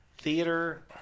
Theater